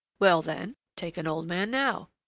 well, then, take an old man now.